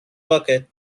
bucket